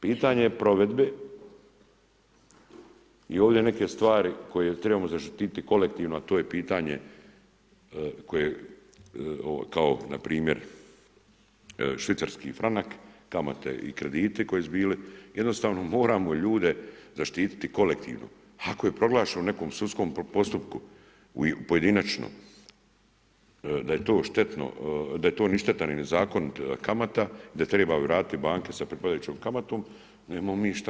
Pitanje je provedbe i ovdje neke stvari koje trebamo zaštiti kolektivno, a to je pitanje koje kao npr. švicarski franak, kamate i krediti koji su bili, jednostavno moramo ljude zaštitit kolektivno, ako je proglašen u nekom sudskom postupku pojedinačno, da je to štetno, da je to ništetan i nezakonita kamata i da je trebaju vratiti banke sa pripadajućom kamatom, nemamo mi šta.